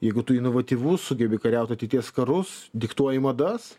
jeigu tu inovatyvus sugebi kariaut ateities karus diktuoji madas